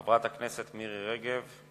חברת הכנסת מירי רגב,